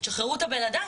תשחררו את בן האדם,